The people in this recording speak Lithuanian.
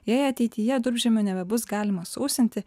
jei ateityje durpžemio nebebus galima sausinti